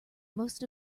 most